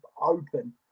open